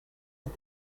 but